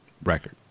Record